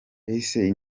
ese